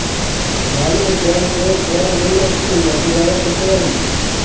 ধানে জল প্রয়োগ করার জন্য কি মোটর ব্যবহার করতে পারি?